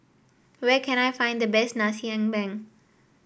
where can I find the best Nasi Ambeng